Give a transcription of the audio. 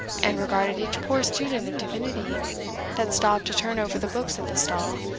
and regarded each poor student of divinity that stopped to turn over the books at the stall,